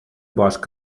bosc